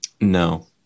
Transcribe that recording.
no